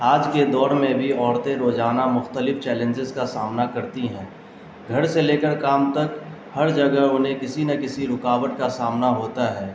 آج کے دور میں بھی عورتیں روجانہ مختلف چیلنجز کا سامنا کرتی ہیں گھر سے لے کر کام تک ہر جگہ انہیں کسی نہ کسی رکاوٹ کا سامنا ہوتا ہے